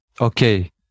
okay